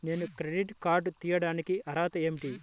నేను credit card తీయడానికి అర్హత ఏమిటి?